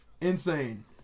Insane